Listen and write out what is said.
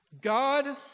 God